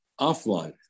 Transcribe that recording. offline